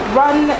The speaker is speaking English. run